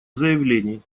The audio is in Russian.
заявлений